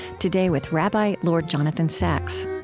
today, with rabbi lord jonathan sacks